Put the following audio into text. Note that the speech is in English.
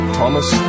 Thomas